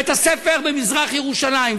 בית-הספר במזרח-ירושלים,